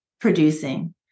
producing